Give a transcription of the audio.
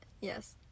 Yes